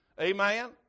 Amen